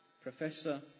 Professor